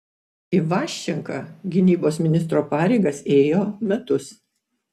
ivaščenka gynybos ministro pareigas ėjo metus